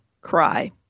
cry